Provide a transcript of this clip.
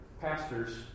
pastors